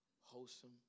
wholesome